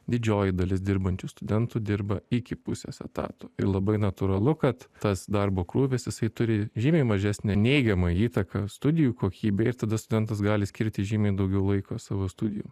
didžioji dalis dirbančių studentų dirba iki pusės etato ir labai natūralu kad tas darbo krūvis jisai turi žymiai mažesnę neigiamą įtaką studijų kokybei ir tada studentas gali skirti žymiai daugiau laiko savo studijom